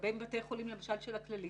לגבי בתי חולים למשל של הכללית,